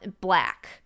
black